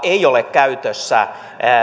käytössä